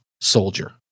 soldier